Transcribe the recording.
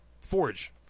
Forge